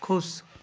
ख़ुश